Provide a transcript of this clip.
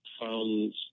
found